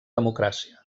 democràcia